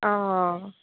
অঁ